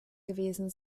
gewesen